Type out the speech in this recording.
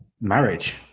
marriage